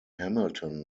hamilton